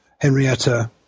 Henrietta